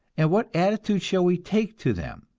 and what attitude shall we take to them?